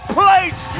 place